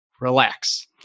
Relax